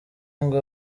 ngo